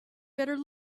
better